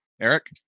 Eric